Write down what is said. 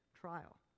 trial